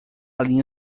linha